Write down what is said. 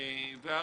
אדוני היושב-ראש,